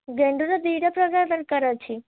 ଗେଣ୍ଡୁର ଦି'ଟା ପ୍ରକାର ଦରକାର ଅଛି